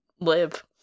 live